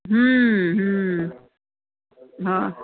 हो